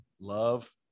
love